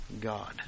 God